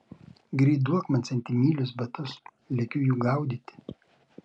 greit duok man septynmylius batus lekiu jų gaudyti